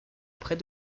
prés